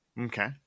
Okay